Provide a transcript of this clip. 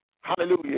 hallelujah